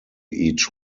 each